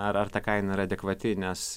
ar ar ta kaina yra adekvati nes